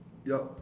yup